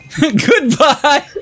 Goodbye